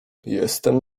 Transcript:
jestem